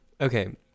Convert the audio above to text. Okay